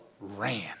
ran